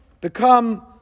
become